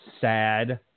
sad